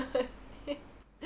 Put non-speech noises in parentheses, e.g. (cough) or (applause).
(laughs)